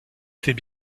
était